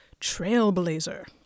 Trailblazer